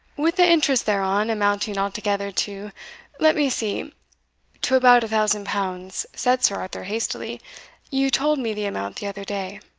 with the interest thereon, amounting altogether to let me see to about a thousand pounds, said sir arthur, hastily you told me the amount the other day.